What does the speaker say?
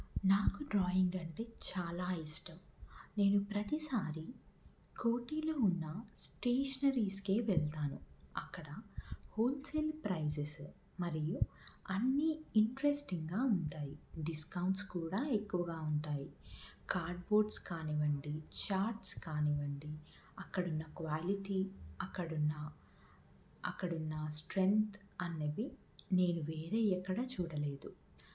నాకు డ్రాయింగ్ అంటే చాలా ఇష్టం నేను ప్రతిసారి కోటిలో ఉన్న స్టేషనరీస్కు వెళ్తాను అక్కడ హోల్సేల్ ప్రైసస్ మరియు అన్నీ ఇంట్రెస్టింగ్గా ఉంటాయి డిస్కౌంట్స్ కూడా ఎక్కువగా ఉంటాయి కార్డ్ బోర్డ్స్ కానివ్వండి ఛార్ట్స్ కానివ్వండి అక్కడ ఉన్న క్వాలిటీ అక్కడ ఉన్న అక్కడ ఉన్న స్ట్రెంత్ అనేవి నేను వేరే ఎక్కడ చూడలేదు